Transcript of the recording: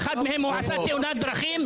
באחד מהם הוא עשה תאונת דרכים,